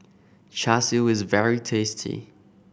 Char Siu is very tasty